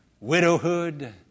widowhood